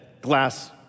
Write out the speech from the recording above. glass